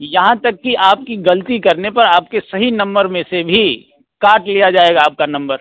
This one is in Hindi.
यहाँ तक कि आपकी ग़लती करने पर आपके सही नम्मर में से भी काट लिया जाएगा आपका नंबर